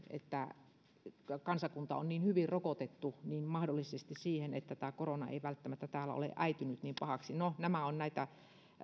että kansakunta on niin hyvin rokotettu olla mahdollisesti joku merkitys siihen että tämä korona ei täällä ole äitynyt välttämättä niin pahaksi no nämä ovat näitä